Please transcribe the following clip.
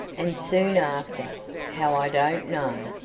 and soon after how i don't know,